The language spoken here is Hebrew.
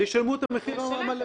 אז ישלמו את המחיר המלא.